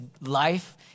life